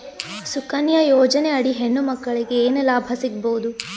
ಸುಕನ್ಯಾ ಯೋಜನೆ ಅಡಿ ಹೆಣ್ಣು ಮಕ್ಕಳಿಗೆ ಏನ ಲಾಭ ಸಿಗಬಹುದು?